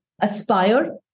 aspire